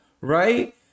right